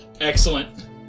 Excellent